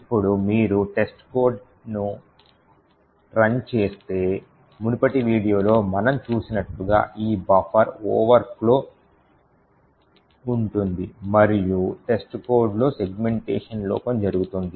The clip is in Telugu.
ఇప్పుడు మీరు testodeను రన్ చేస్తే మునుపటి వీడియోలో మనం చూసినట్లుగా ఈ బఫర్ ఓవర్ఫ్లో ఉంటుంది మరియు testcodeలో సెగ్మెంటేషన్ లోపం జరుగుతోంది